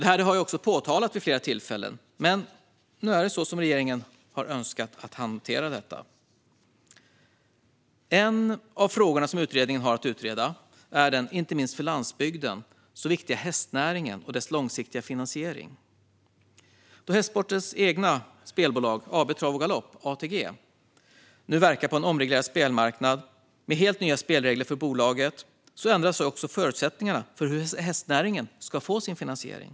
Det här har jag också påtalat vid flera tillfällen, men nu är det så regeringen har önskat hantera detta. En av frågorna som utredningen har att utreda är den för landsbygden så viktiga hästnäringen och dess långsiktiga finansiering. Eftersom hästsportens egna spelbolag AB Trav och Galopp, ATG, nu verkar på en omreglerad marknad med helt nya spelregler för bolaget ändras också förutsättningarna för hur hästnäringen ska få sin finansiering.